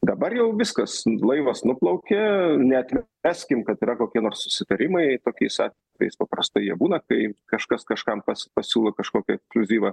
dabar jau viskas laivas nuplaukė neatmeskim kad yra kokie nors susitarimai tokiais atvejais paprastai jie būna kai kažkas kažkam pats pasiūlo kažkokį ekskliuzyvą